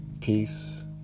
peace